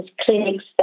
clinics